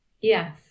yes